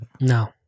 No